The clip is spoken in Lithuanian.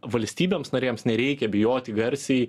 valstybėms narėms nereikia bijoti garsiai